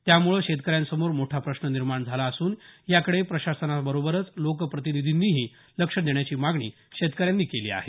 त्यामुळे शेतकऱ्यांसमोर मोठा प्रश्न निर्माण झाला असून याकडे प्रशासनाबरोबरच लोकप्रतिनिधींनीही लक्ष देण्याची मागणी शेतकऱ्यांनी केली आहे